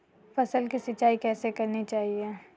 फसल की सिंचाई कैसे करनी चाहिए?